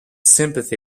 sympathy